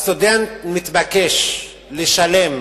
הסטודנט מתבקש לשלם